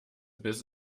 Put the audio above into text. biss